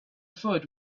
thought